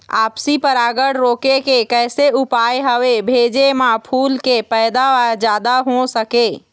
आपसी परागण रोके के कैसे उपाय हवे भेजे मा फूल के पैदावार जादा हों सके?